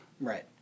Right